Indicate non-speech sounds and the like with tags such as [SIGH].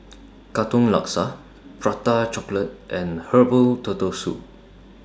[NOISE] Katong Laksa Prata Chocolate and Herbal Turtle Soup